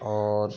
और